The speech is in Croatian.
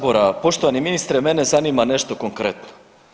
Poštovani ministre mene zanima nešto konkretno.